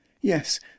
Yes